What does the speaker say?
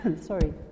Sorry